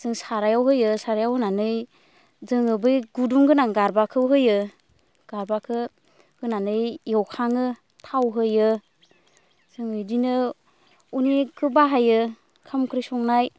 जों सारायाव होयो सारायाव होनानै जोङो बै गुदुं गोनां गारबाखौ होयो गारबाखौ होनानै एवखाङो थाव होयो जों बिदिनो अनेगखौ बाहायो ओंखाम ओंख्रि संनाय